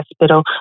hospital